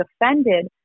offended